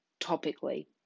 topically